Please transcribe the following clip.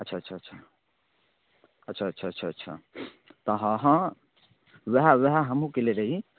अच्छा अच्छा अच्छा अच्छा अच्छा अच्छा अच्छा तऽ हँ उएह उएह हमहूँ कयने रही